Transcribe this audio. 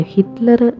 Hitler